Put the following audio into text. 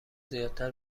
زیادتر